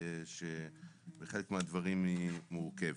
שבחלק מהדברים היא מורכבת.